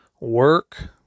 work